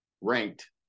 ranked